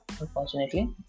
Unfortunately